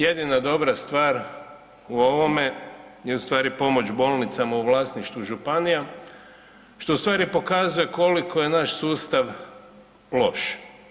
Jedina dobra stvar u ovome je ustvari pomoć bolnicama u vlasništvu županija što ustvari pokazuje koliko je naš sustav loš.